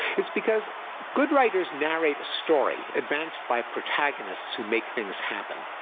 it's because good writers narrate a story, advanced by protagonists who make things happen.